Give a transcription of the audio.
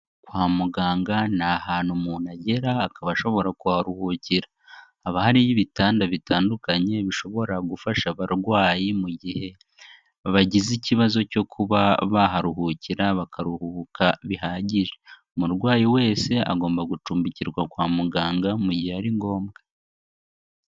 Kwa muganga ni ahantu umuntu agera akaba ashobora kuharuhukira, haba hariyo ibitanda bitandukanye bishobora gufasha abarwayi mu gihe bagize ikibazo cyo kuba baharuhukira bakaruhuka bihagije, umurwayi wese agomba gucumbikirwa kwa muganga mu gihe ari ngombwa.